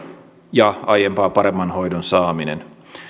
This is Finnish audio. ja aiempaa paremman hoidon saaminen